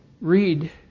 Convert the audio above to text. read